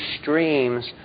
streams